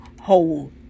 hold